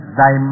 thy